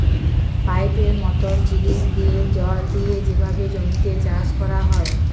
পাইপের মতল জিলিস দিঁয়ে জল দিঁয়ে যেভাবে জমিতে চাষ ক্যরা হ্যয়